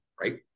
Right